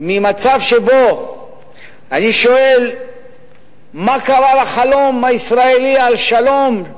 ממצב שבו אני שואל מה קרה לחלום הישראלי על שלום,